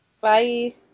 Bye